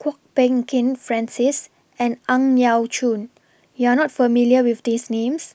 Kwok Peng Kin Francis and Ang Yau Choon YOU Are not familiar with These Names